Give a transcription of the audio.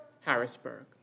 Harrisburg